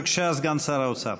בבקשה, סגן שר האוצר.